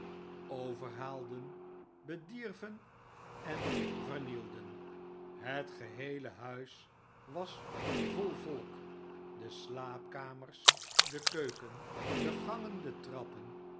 omverhaalden bedierven en vernielden het geheele huis was vol volk de slaapkamers de keuken de gangen de trappen